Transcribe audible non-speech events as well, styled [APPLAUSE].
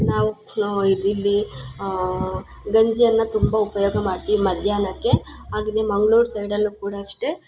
ನಾವು [UNINTELLIGIBLE] ಗಂಜಿಯನ್ನು ತುಂಬ ಉಪಯೋಗ ಮಾಡ್ತೀವಿ ಮಧ್ಯಾಹ್ನಕ್ಕೆ ಹಾಗೇ ಮಂಗ್ಳೂರು ಸೈಡಲ್ಲು ಕೂಡ ಅಷ್ಟೇ